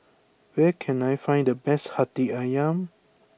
where can I find the best Hati Ayam